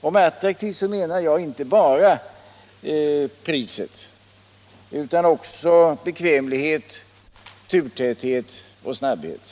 Och med attraktiv menar jag då inte bara ett attraktivt pris utan också bekvämlighet, turtäthet och snabbhet.